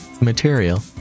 material